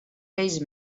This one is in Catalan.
peix